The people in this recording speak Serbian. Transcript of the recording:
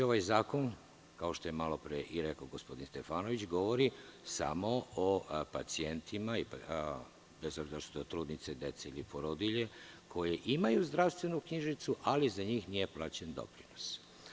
Ovaj zakon, kao što je malopre rekao gospodin Stefanović, govori samo o pacijentima, bez obzira što su to trudnice, deca ili porodilje, koji imaju zdravstvenu knjižicu ali za njih nije plaćen doprinos.